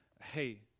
Hey